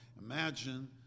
imagine